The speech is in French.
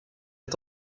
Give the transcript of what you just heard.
est